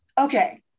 Okay